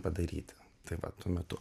padaryti tai va tuo metu